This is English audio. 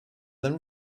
than